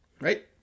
right